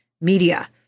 Media